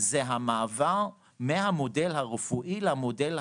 זה המעבר מהמודל הרפואי למודל החברתי,